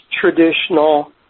traditional